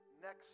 next